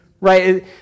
right